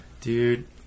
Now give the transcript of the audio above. Dude